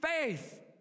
faith